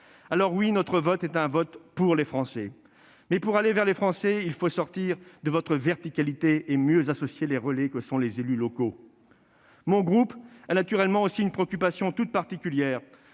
Alors, oui, notre vote est un vote pour les Français. Mais pour aller vers les Français, il faut sortir de votre verticalité et mieux associer les relais que sont les élus locaux. Mon groupe a naturellement une préoccupation toute particulière